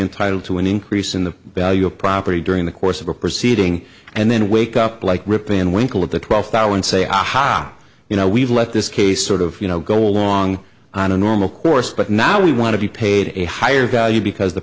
entitled to an increase in the value of property during the course of a proceeding and then wake up like rip and winkle at the twelfth hour and say aha you know we've let this case sort of you know go along on a normal course but now we want to be paid a higher value because the